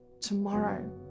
tomorrow